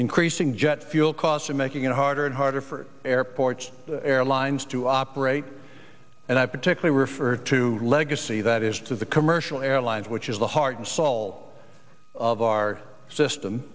increasing jet fuel costs are making it harder and harder for airports airlines to operate and i particularly refer to legacy that is to the commercial airlines which is the heart and soul of our system